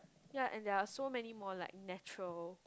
ya and there are so many more like natural